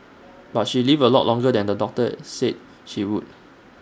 but she lived A lot longer than the doctor said she would